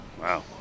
Wow